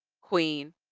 Queen